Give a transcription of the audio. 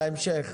בהמשך.